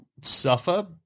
suffer